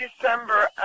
December